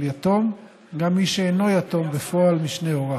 יתום גם מי שאינו יתום בפועל משני הוריו,